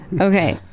Okay